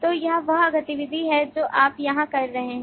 तो यह वह गतिविधि है जो आप यहां कर रहे हैं